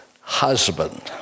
husband